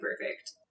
perfect